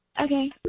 Okay